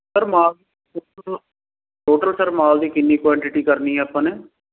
sir ਮਾਲ total sir ਮਾਲ ਦੀ ਕਿੰਨੀ ਕੋਆਨਟੀਟੀ ਕਰਨੀ ਹੈ ਆਪਾਂ ਨੇ